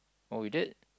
oh you did